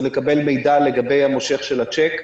זה לקבל מידע לגבי המושך של הצ'ק.